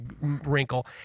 wrinkle